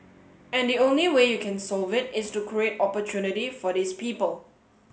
and the only way you can solve it is to create opportunity for these people